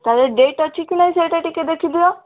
ତା'ର ଡେଟ୍ ଅଛି କି ନାହିଁ ସେଇଟା ଟିକେ ଦେଖିଦିଅ